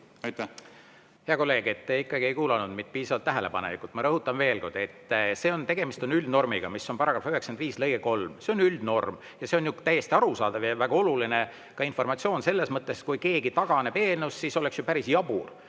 Hea kolleeg! Te ikkagi ei kuulanud mind piisavalt tähelepanelikult. Ma rõhutan veel kord, et tegemist on üldnormiga, mis on § 95 lõige 3. See on üldnorm ja see on ju täiesti arusaadav ja väga oluline informatsioon. Selles mõttes, et kui keegi taganeb eelnõust, siis oleks ju päris jabur,